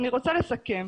אני רוצה לסכם.